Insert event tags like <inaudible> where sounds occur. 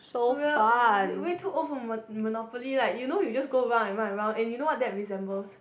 we're <noise> way too old for mono~ Monopoly like you know you just go round and round and you know what that resembles